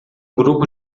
grupo